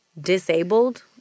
disabled